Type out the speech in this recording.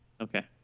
Okay